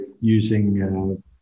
using